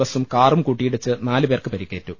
ബസും കാറും കൂട്ടിയിടിച്ച് നാലുപേർക്ക് പരിക്കേറ്റു